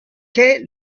quai